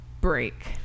break